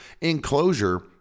enclosure